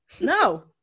no